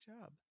job